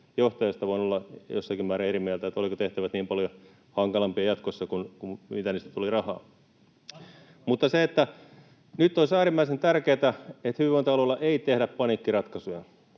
Johtajista voin olla jossakin määrin eri mieltä siitä, olivatko tehtävät niin paljon hankalampia jatkossa kuin mitä niistä tuli rahaa. Nyt olisi äärimmäisen tärkeätä, että hyvinvointialueilla ei tehdä paniikkiratkaisuja.